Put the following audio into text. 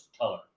color